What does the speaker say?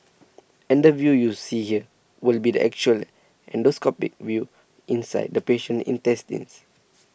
and the view you see here will be the actual endoscopic view inside the patient's intestines